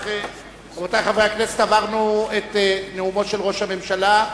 רבותי חברי הכנסת, עברנו את נאומו של ראש הממשלה,